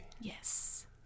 yes